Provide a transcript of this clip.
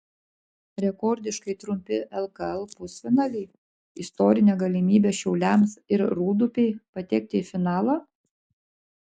rekordiškai trumpi lkl pusfinaliai istorinė galimybė šiauliams ir rūdupiui patekti į finalą